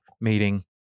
meeting